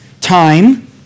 time